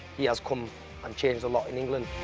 he has come and changed a lot in england.